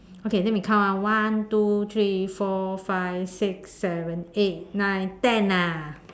okay then we count ah one two three four five six seven eight nine ten ah